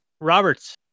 Roberts